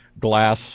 glass